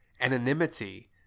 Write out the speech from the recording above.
anonymity